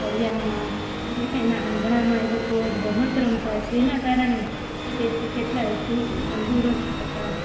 ફળિયામાં એટલે કે એનાં આંગણામાં એ લોકો રમત રમતાં તેનાં કારણે તે કેટલાં ચુસ્ત તંદુરસ્ત હતાં